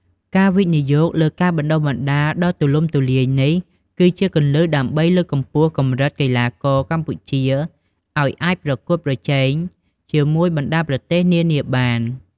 ការវិនិយោគលើការបណ្តុះបណ្តាលដ៏ទូលំទូលាយនេះ គឺជាគន្លឹះដើម្បីលើកកម្ពស់កម្រិតកីឡាករកម្ពុជាឲ្យអាចប្រកួតប្រជែងជាមួយបណ្តាប្រទេសនានាបាន។